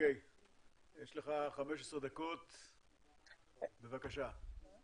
יש לך 15 דקות, בבקשה.